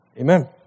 Amen